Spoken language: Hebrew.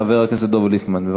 חבר הכנסת דב ליפמן.